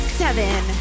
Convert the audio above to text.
seven